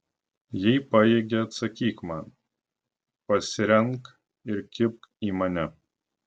jei pajėgi atsakyk man pasirenk ir kibk į mane